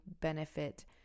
benefit